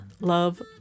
love